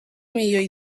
miloi